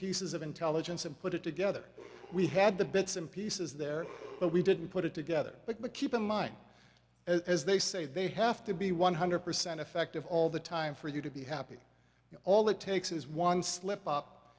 pieces of intelligence and put it together we had the bits and pieces there but we didn't put it together but keep in mind as they say they have to be one hundred percent effective all the time for you to be happy all it takes is one slip up